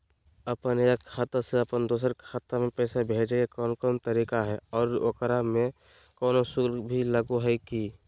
अपन एक खाता से अपन दोसर खाता में पैसा भेजे के कौन कौन तरीका है और ओकरा में कोनो शुक्ल भी लगो है की?